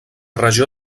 regió